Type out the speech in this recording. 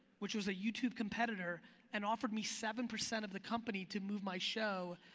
which was a youtube competitor and offered me seven percent of the company to move my show,